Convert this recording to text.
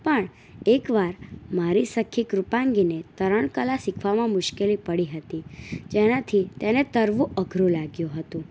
પણ એક વાર મારી સખી કૃપાંગીને તરણ કલા શીખવામાં મુશ્કેલી પડી હતી જેનાથી તેને તરવું અઘરું લાગ્યું હતું